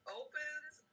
opens